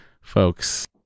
folks